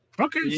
Okay